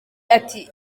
ati